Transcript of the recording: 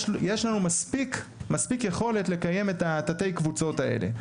יש לנו מספיק יכולת לקיים את תתי הקבוצות האלה.